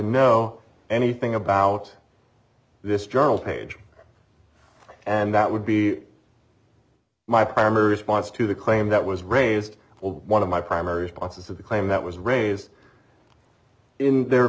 know anything about this journal page and that would be my primary response to the claim that was raised or one of my primary sponsors of the claim that was raised in the